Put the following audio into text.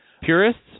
Purists